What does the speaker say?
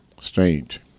strange